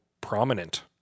prominent